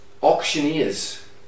auctioneers